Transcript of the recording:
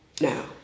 now